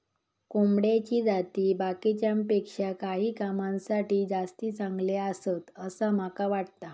कोंबड्याची जाती बाकीच्यांपेक्षा काही कामांसाठी जास्ती चांगले आसत, असा माका वाटता